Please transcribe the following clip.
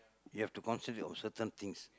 you have to concentrate on certain things